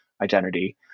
identity